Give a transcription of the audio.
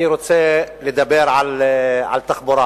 אני רוצה לדבר על תחבורה.